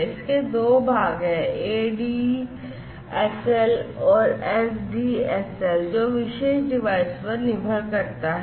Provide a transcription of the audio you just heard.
इसके दो भाग हैं ADSL और SDSL जो विशेष डिवाइस पर निर्भर करता है